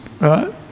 right